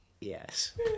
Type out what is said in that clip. Yes